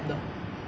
不用考试的